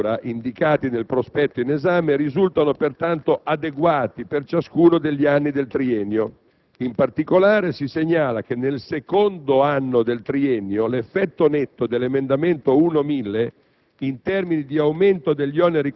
I mezzi di copertura, indicati nel prospetto in esame, risultano pertanto adeguati per ciascuno degli anni del triennio. In particolare si segnala che, nel secondo anno del triennio, l'effetto netto dell'emendamento 1.1000,